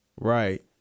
Right